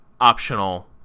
optional